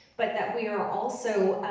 but that we are also